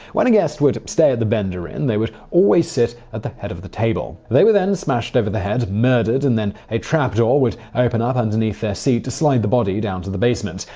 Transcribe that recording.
when a guest would stay at the bender inn, they would always sit at the head of the table. they were smashed over the head, murdered, and then a trap door would open up underneath their seat to slide the body down to the basement.